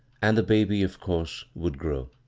and the baby, of course, would grow.